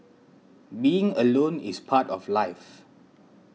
being alone is part of life